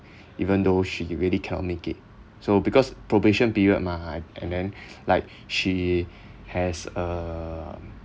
even though she really cannot make it so because probation period mah and then like she has a